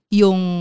yung